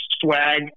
swag